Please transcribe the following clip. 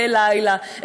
מדי לילה.